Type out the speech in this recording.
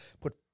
put